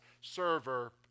server